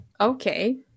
Okay